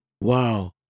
Wow